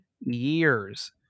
years